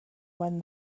when